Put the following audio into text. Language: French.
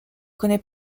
connaît